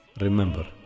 Remember